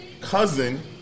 cousin